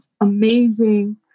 amazing